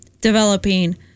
developing